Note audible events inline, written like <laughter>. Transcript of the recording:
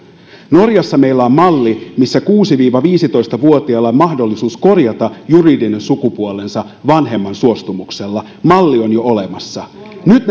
norjassa meillä on malli missä kuusi viiva viisitoista vuotiailla on mahdollisuus korjata juridinen sukupuolensa vanhemman suostumuksella malli on jo olemassa nyt <unintelligible>